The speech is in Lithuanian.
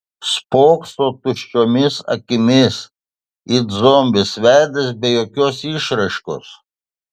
spokso tuščiomis akimis it zombis veidas be jokios išraiškos